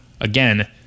again